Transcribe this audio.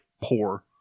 poor